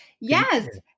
Yes